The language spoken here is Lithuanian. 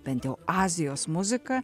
bent jau azijos muzika